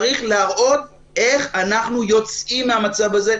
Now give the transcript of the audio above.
צריך להראות איך אנחנו יוצאים מהמצב הזה,